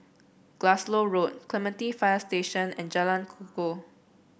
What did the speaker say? Glasgow Road Clementi Fire Station and Jalan Kukoh